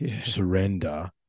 surrender